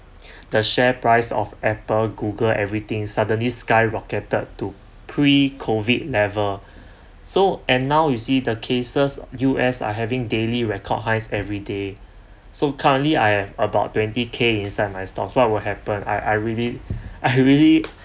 the share price of apple google everything suddenly skyrocketed to pre COVID level so and now you see the cases U_S are having daily record highs every day so currently I have about twenty K inside my stocks what will happen really I really